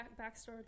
backstory